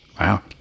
Wow